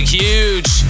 huge